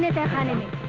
their enemy